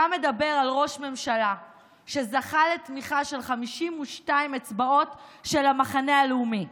אתה מדבר על ראש ממשלה שזכה לתמיכה של 52 אצבעות של המחנה הלאומי,